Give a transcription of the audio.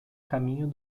caminho